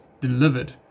delivered